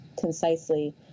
concisely